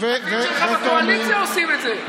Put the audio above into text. אבל השותפים שלך בקואליציה עושים את זה.